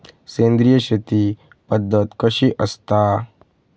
सेंद्रिय शेती पद्धत कशी असता?